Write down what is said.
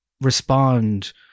respond